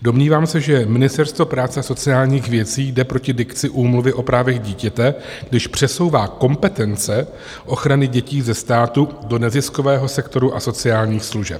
Domnívám se, že Ministerstvo práce a sociálních věcí jde proti dikci Úmluvy o právech dítěte, když přesouvá kompetence ochrany dětí ze státu do neziskového sektoru a sociálních služeb.